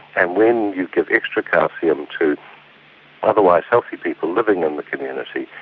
and when you give extra calcium to otherwise healthy people living in the community,